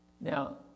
Now